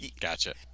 Gotcha